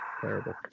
Terrible